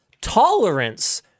tolerance